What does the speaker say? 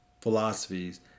philosophies